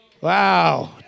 Wow